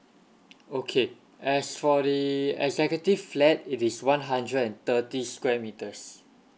okay as for the executive flat it is one hundred and thirty square metres